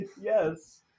Yes